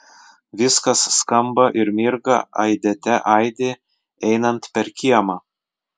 viskas skamba ir mirga aidėte aidi einant per kiemą